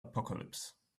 apocalypse